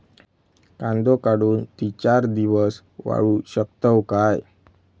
कांदो काढुन ती चार दिवस वाळऊ शकतव काय?